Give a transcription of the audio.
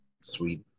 sweet